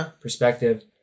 perspective